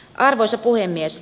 arvoisa puhemies